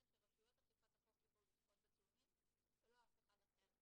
שרשויות אכיפת החוק יוכלו לצפות בצילומים ולא אף אחד אחר.